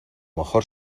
mejor